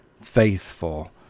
faithful